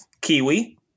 Kiwi